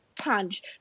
punch